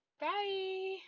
bye